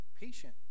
Patient